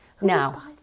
Now